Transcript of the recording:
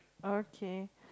okay